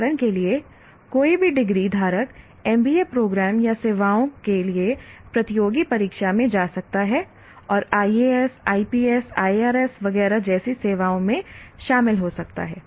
उदाहरण के लिए कोई भी डिग्री धारक MBA प्रोग्राम या सेवाओं के लिए प्रतियोगी परीक्षा में जा सकता है और IAS IPS IRS वगैरह जैसी सेवाओं में शामिल हो सकता है